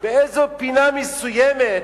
באיזו פינה מסוימת,